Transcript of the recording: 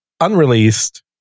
unreleased